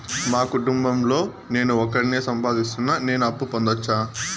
మా కుటుంబం లో నేను ఒకడినే సంపాదిస్తున్నా నేను అప్పు పొందొచ్చా